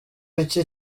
iki